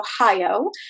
Ohio